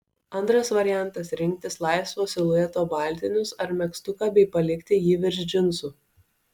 antras variantas rinktis laisvo silueto baltinius ar megztuką bei palikti jį virš džinsų